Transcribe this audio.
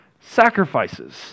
sacrifices